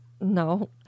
No